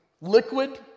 liquid